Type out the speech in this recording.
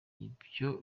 byo